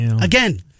again